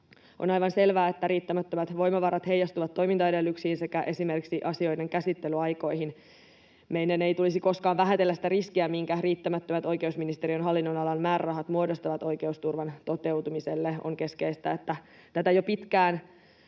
On aivan selvää, että riittämättömät voimavarat heijastuvat toimintaedellytyksiin sekä esimerkiksi asioiden käsittelyaikoihin. Meidän ei tulisi koskaan vähätellä sitä riskiä, minkä riittämättömät oikeusministeriön hallinnonalan määrärahat muodostavat oikeusturvan toteutumiselle. On keskeistä, että tätä jo pitkään